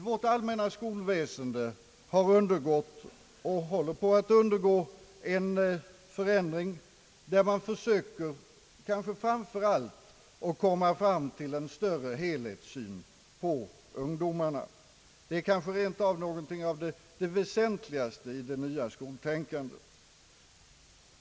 Vårt allmänna skolväsende har undergått och undergår en förändring där man försöker komma fram till en större helhetssyn på ungdomarna — detta är kanske rent av någonting av det väsentligaste i det nya skoltänkandet.